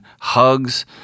hugs